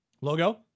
logo